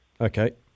Okay